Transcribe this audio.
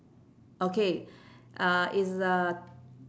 okay uh is uh